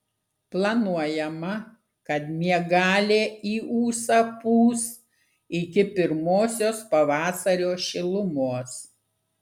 planuojama kad miegalė į ūsą pūs iki pirmosios pavasario šilumos